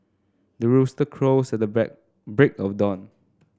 the rooster crows at the break of dawn